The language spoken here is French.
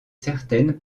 certaines